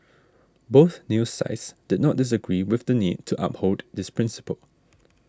both news sites did not disagree with the need to uphold this principle